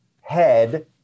head